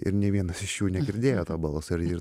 ir nė vienas iš jų negirdėjo to balso ir ir